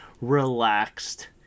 relaxed